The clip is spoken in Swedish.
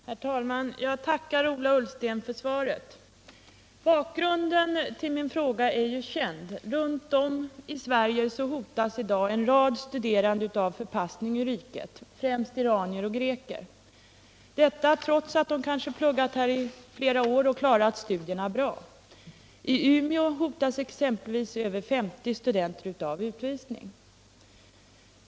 Herr talman! Jag tackar Ola Ullsten för svaret på min fråga. Bakgrunden till frågan är känd. Runt om i Sverige hotas i dag en rad studerande av förpassning ur riket, främst iranier och greker, trots att de kanske pluggat här i flera år och klarat studierna bra. I Umeå hotas exempelvis över 50 studenter av utvisning.